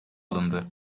alındı